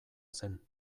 zen